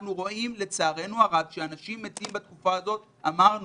אנחנו רואים לצערנו הרב שאנשים מתים בתקופה הזו מדיכאון,